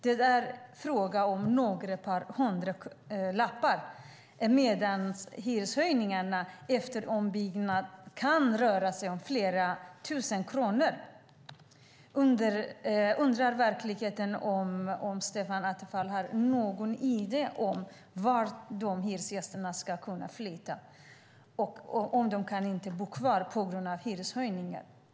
Det är fråga om några hundralappar, medan hyreshöjningarna efter ombyggnaden kan röra sig om flera tusen kronor. Jag undrar verkligen om Stefan Attefall har någon idé om vart hyresgästerna ska flytta om de inte kan bo kvar på grund av hyreshöjningar.